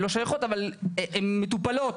לא שייכות אבל הן מטופלות,